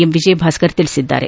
M Vijayabhaskar ತಿಳಿಸಿದ್ದಾರೆ